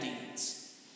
deeds